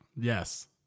Yes